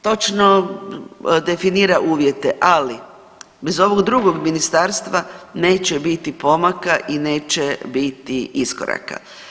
Točno definira uvjete, ali bez ovog drugog ministarstva neće biti pomaka i neće biti iskoraka.